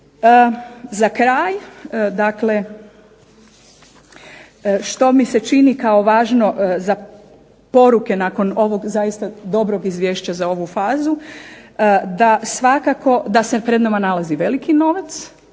dakle što mi se čini kao važno za poruke nakon ovog zaista dobrog izvješća za ovu fazu, da svakako, da se pred nama nalazi veliki novac.